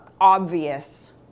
obvious